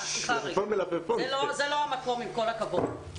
זה לא המקום, עם כל הכבוד.